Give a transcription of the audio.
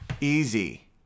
Easy